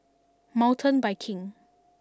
Mountain Biking